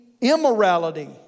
immorality